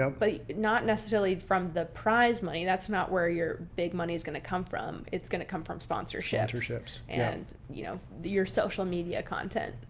um but not necessarily from the prize money. that's not where your big money is going to come from. it's going to come from sponsorship and you know your social media content.